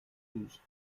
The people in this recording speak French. douze